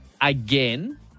again